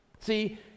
See